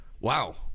Wow